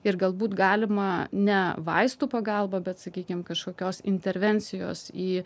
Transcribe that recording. ir galbūt galima ne vaistų pagalba bet sakykim kažkokios intervencijos į